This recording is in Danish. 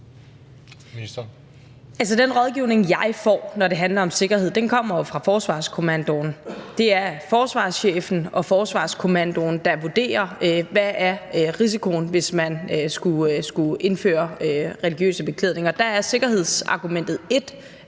Den rådgivning, jeg får, når det handler om sikkerhed, kommer jo fra Forsvarskommandoen. Det er forsvarschefen og Forsvarskommandoen, der vurderer, hvad risikoen er, hvis man skulle indføre religiøs beklædning. Der er et af sikkerhedsargumenterne